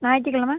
ஞாயிற்றுக் கெழம